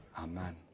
Amen